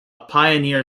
pioneer